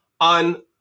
on